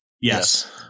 Yes